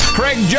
Craig